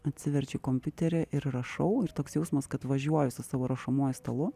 atsiverčiu kompiuterį ir rašau ir toks jausmas kad važiuoju su savo rašomuoju stalu